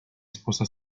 esposa